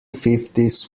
fifties